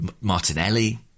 Martinelli